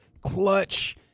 clutch